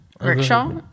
Rickshaw